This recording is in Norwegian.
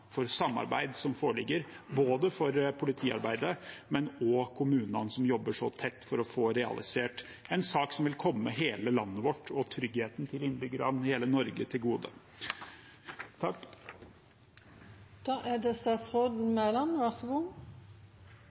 for samarbeid som foreligger for politiarbeidet, og kommunene som jobber så tett for å få realisert en sak som vil komme hele landet vårt og tryggheten til innbyggerne i hele Norge til gode. Jeg oppfatter ikke at det